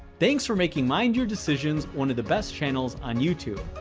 thanks for making mindyourdecisions one of the best channels on youtube.